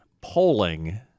polling